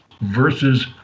versus